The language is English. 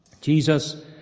Jesus